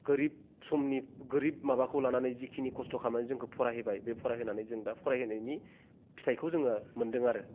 गोरिब समनि गोरिब माबाखौ लानानै जिखिनि खस्थ' खालामनानै जोंखौ फरायहोबाय बे फरायहोनानै जों दा फरायहोनायनि फिथायखौ जों मोन्दों आरो